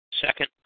Second